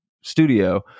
studio